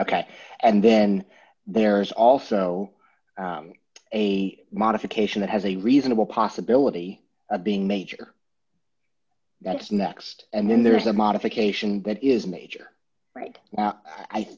k and then there is also a modification that has a reasonable possibility of being major that's next and then there is a modification that is major right now i